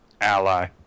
ally